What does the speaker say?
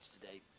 today